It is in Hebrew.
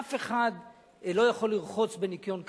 אף אחד לא יכול לרחוץ בניקיון כפיו.